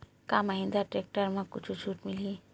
का महिंद्रा टेक्टर म कुछु छुट मिलही?